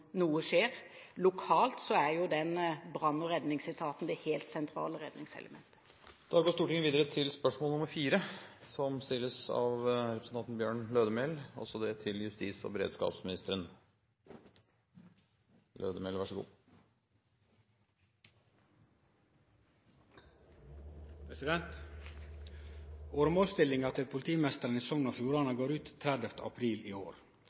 noe skjer. Lokalt er jo brann- og redningsetaten det helt sentrale redningselementet. «Åremålsstillinga til politimeisteren i Sogn og Fjordane går ut 30. april i år.